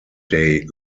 day